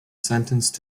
sentenced